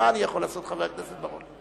מה אני יכול לעשות, חבר הכנסת בר-און.